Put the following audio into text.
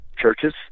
churches